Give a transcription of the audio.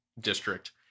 district